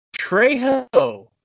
Trejo